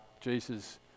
Jesus